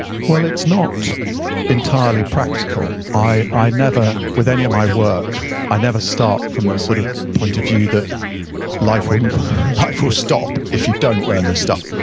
well, it's not entirely practical. i i never, with any of my work i never start from the sort of point of view that life will and life will stop if you don't learn this stuff.